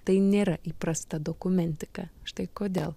tai nėra įprasta dokumentika štai kodėl